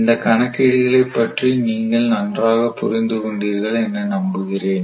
இந்த கணக்கீடுகளை பற்றி நீங்கள் நன்றாக புரிந்து கொண்டீர்கள் என நம்புகிறேன்